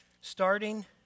starting